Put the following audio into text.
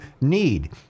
need